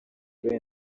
kuri